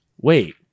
Wait